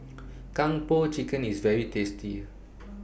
Kung Po Chicken IS very tasty